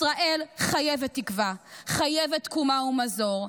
ישראל חייבת תקווה, חייבת תקומה ומזור.